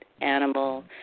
animal